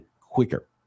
quicker